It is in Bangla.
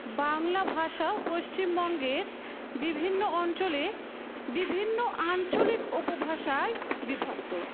বাংলা ভাষা পশ্চিমবঙ্গের বিভিন্ন অঞ্চলে বিভিন্ন আঞ্চলিক উপভাষায় বিভক্ত